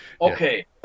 Okay